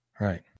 Right